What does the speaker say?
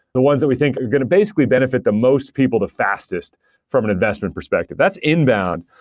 the ones that we think are going to basically benefit the most people the fastest from an investment perspective. that's inbound.